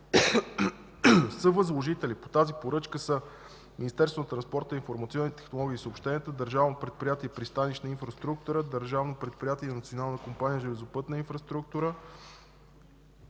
Съвъзложители по тази поръчка са Министерството на транспорта, информационните технологии и съобщенията, Държавно предприятие „Пристанищна инфраструктура” и Държавно предприятие „Национална компания „Железопътна инфраструктура”.